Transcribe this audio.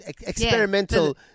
experimental